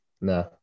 nah